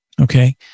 okay